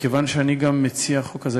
מכיוון שאני גם מציע החוק הזה,